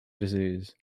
disease